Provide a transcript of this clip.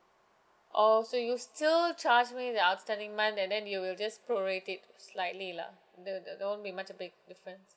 oh so you'll still charge me the outstanding month and then you will just prorate it slightly lah the it won't be much a big difference